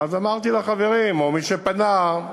אז אמרתי לחברים או למי שפנה: